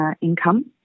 income